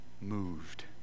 moved